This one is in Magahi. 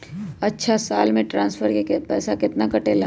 अछा साल मे ट्रांसफर के पैसा केतना कटेला?